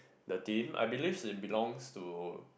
the team I believe it belongs to